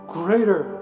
greater